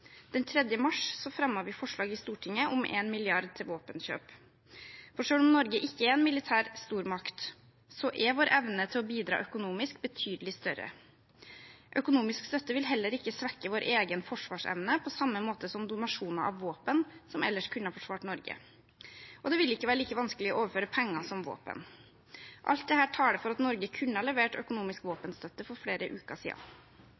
vi forslag i Stortinget om 1 mrd. kr til våpenkjøp, for selv om Norge ikke er en militær stormakt, er vår evne til å bidra økonomisk betydelig større. Økonomisk støtte vil heller ikke svekke vår egen forsvarsevne på samme måte som donasjoner av våpen, som ellers kunne ha forsvart Norge, og det vil ikke være like vanskelig å overføre pengene som våpen. Alt dette taler for at Norge kunne ha levert økonomisk våpenstøtte for flere uker